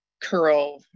curl